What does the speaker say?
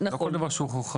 לא כל דבר שהוא חריג.